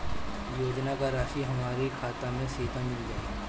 योजनाओं का राशि हमारी खाता मे सीधा मिल जाई?